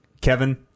kevin